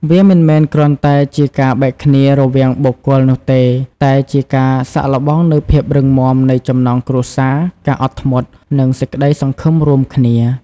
វាមិនមែនគ្រាន់តែជាការបែកគ្នារវាងបុគ្គលនោះទេ តែជាការសាកល្បងនូវភាពរឹងមាំនៃចំណងគ្រួសារ ការអត់ធ្មត់ និងក្តីសង្ឃឹមរួមគ្នា។